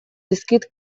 dizkit